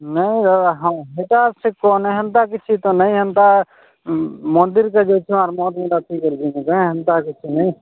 ନାଇଁ ଦାଦା ହଁ ହେଟା ସେ କନ୍ ହେନ୍ତା କିଛି ତ ନାଇଁ ହେନ୍ତା ମନ୍ଦିର୍କେ ଯାଉଛଁ ଆର୍ ମଦ୍ ହେନ୍ତା କି ପିଇକରି ଜିମୁ କେଁ ହେନ୍ତା କିଛି ନାଇଁ